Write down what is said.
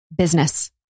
business